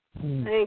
Thank